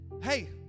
Hey